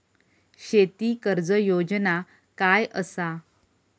शेती कर्ज योजना काय असा?